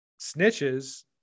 snitches